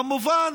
כמובן,